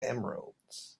emeralds